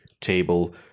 table